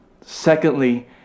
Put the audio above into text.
Secondly